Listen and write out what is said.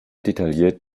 detailliert